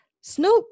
Snoop